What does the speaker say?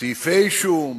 סעיפי אישום,